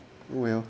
well